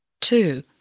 Two